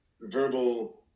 verbal